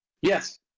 Yes